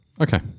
Okay